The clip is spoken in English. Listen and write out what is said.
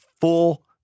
full